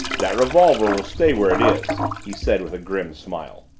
that revolver will stay where it is, he said with a grim smile.